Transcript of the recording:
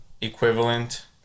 equivalent